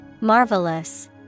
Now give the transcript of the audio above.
Marvelous